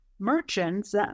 merchants